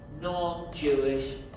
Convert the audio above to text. non-Jewish